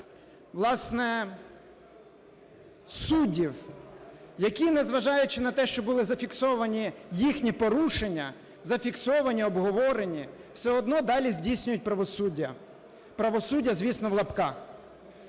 власне, суддів, які, незважаючи на те, що були зафіксовані їхні порушення, зафіксовані, обговорені, все одно далі здійснюють "правосуддя". "Правосуддя", звісно, в лапках.